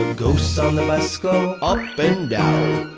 ghosts on the bus go, up and down.